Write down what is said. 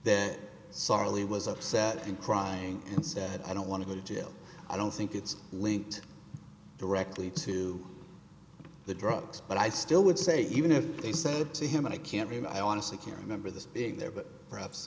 sorely was upset and crying and said i don't want to go to jail i don't think it's linked directly to the drugs but i still would say even if they said to him and i can't mean i want to say can't remember this being there but perhaps